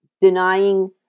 denying